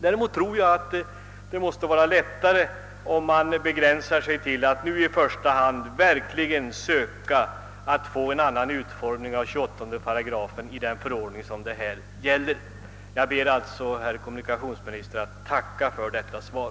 Jag tror det går lättare om man begränsar sig till att nu i första hand verkligen söka få en annan utformning av 28 8 i den förordning som det här är fråga om. Jag ber alltså, herr kommunikationsminister, att få tacka för detta svar.